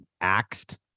axed